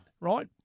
right